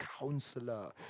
counselor